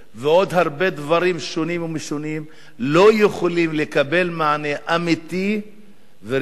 ועוד הרבה דברים שונים ומשונים לא יכולים לקבל מענה אמיתי ורציני